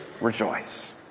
rejoice